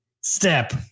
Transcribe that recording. step